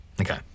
Okay